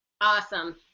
Awesome